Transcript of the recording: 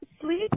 sleep